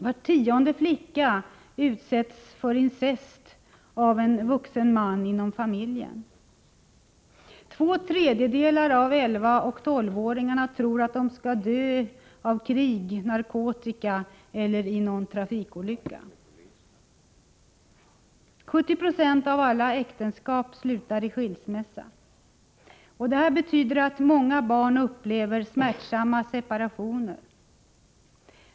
Var tionde flicka utsätts för incest av en vuxen man inom familjen. Två tredjedelar av 11 och 12-åringarna tror att de skall dö av krig, narkotika eller i någon trafikolycka. 70 26 av alla äktenskap slutar i skilsmässa. Det här betyder att många barn upplever smärtsamma separationer.